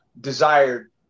desired